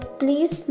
please